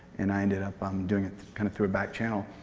and i ended up um doing it kind of through a back channel.